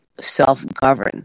self-govern